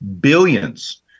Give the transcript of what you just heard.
billions